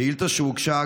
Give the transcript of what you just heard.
שאילתה שהוגשה,